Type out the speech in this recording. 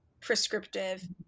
prescriptive